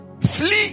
Flee